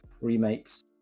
remakes